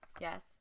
Yes